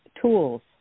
tools